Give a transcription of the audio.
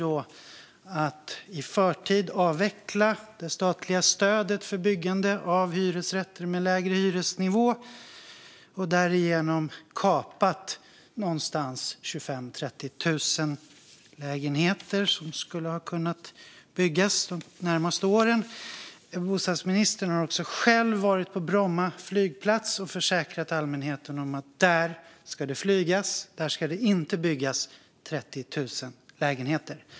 De har i förtid avvecklat det statliga stödet för byggande av hyresrätter med lägre hyresnivå och därigenom kapat 25 000-30 000 lägenheter som skulle ha kunnat byggas de närmaste åren. Bostadsministern har också själv varit på Bromma flygplats och försäkrat allmänheten att det ska flygas där - inte byggas 30 000 lägenheter.